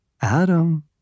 Adam